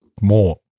More